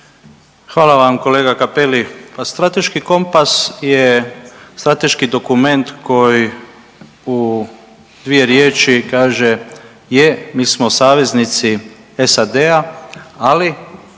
Hvala vam kolega Cappelli. Pa Strateški kompas je strateški dokument koji u dvije riječi kaže je mi smo saveznici SAD-a, ali